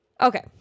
Okay